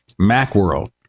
Macworld